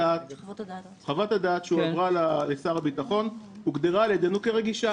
חוות הדעת שהועברה לשר הביטחון הוגדרה על ידינו כרגישה.